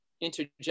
interject